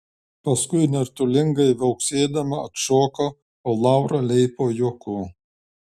paskui nirtulingai viauksėdama atšoko o laura leipo juoku